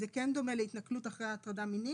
זה כן דומה להתנכלות אחרי הטרדה מינית